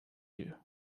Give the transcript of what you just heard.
you